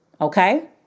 Okay